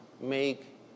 make